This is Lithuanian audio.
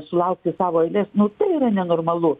sulaukti savo eilės nu tai yra nenormalu